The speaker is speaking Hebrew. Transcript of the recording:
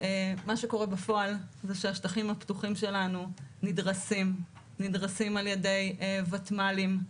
מה שקורה בפועל זה השטחים הפתוחים שלנו נדרסים על ידי ותמ"לים.